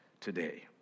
today